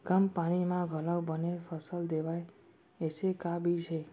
कम पानी मा घलव बने फसल देवय ऐसे का बीज हे?